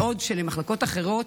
בעוד למחלקות אחרות